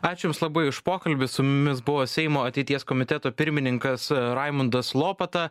ačiū jums labai už pokalbį su mumis buvo seimo ateities komiteto pirmininkas raimundas lopata